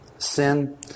sin